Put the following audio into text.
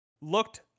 looked